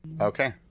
Okay